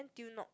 n_t_u not